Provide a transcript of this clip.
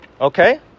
Okay